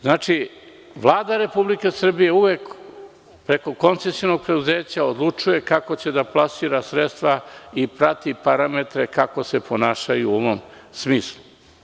Znači, Vlada Republike Srbije uvek preko koncesionog preduzeća odlučuje kako će da plasira sredstva i prati parametre kako se ponašaju u ovom smislu.